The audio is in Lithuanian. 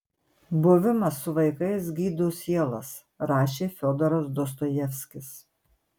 buvimas su vaikais gydo sielas rašė fiodoras dostojevskis